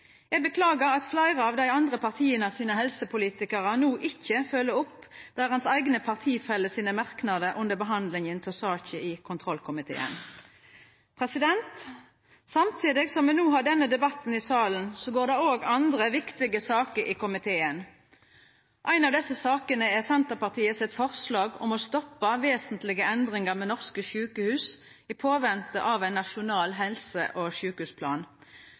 Eg beklagar at helsepolitikarar frå fleire av dei andre partia no ikkje følgjer opp merknadene frå sine eigne partifeller under behandlinga av saka i kontrollkomiteen. Samtidig som me no har denne debatten i salen, er det òg andre viktige saker i komiteen. Ei av desse sakene er Senterpartiets forslag om å stoppa vesentlege endringar ved norske sjukehus i påvente av ein nasjonal helse- og sjukehusplan.